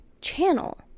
channel